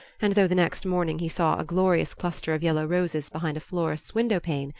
and though the next morning he saw a glorious cluster of yellow roses behind a florist's window-pane,